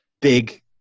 big